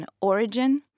origin